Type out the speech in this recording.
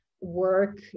work